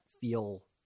feel